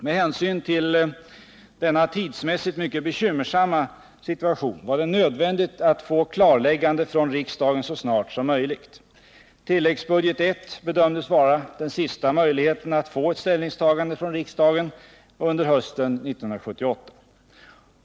Med hänsyn till denna tidsmässigt mycket bekymmersamma situation var det nödvändigt att få ett klarläggande från riksdagen så snart som möjligt. Tilläggsbudget I bedömdes vara den sista möjligheten att få ett ställningstagande från riksdagen under hösten 1978.